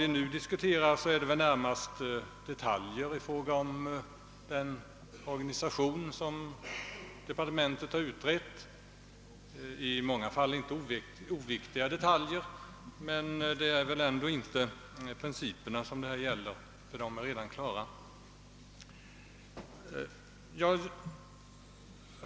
Vad det här gäller är endast detaljer i den organisation som departementet har utrett. I många fall är det inte oviktiga detaljer, men det är ändå inte fråga om principerna, ty de är redan klara.